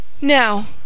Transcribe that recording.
Now